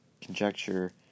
conjecture